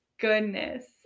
goodness